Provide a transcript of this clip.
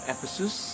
Ephesus